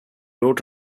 wrote